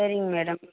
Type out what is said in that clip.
சரிங்க மேடம்